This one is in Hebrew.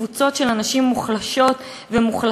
קבוצות של אנשים מוחלשות ומוחלשים,